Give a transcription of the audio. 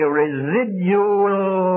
residual